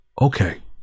okay